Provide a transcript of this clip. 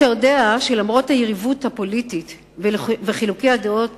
אתה יודע שלמרות היריבות הפוליטית וחילוקי הדעות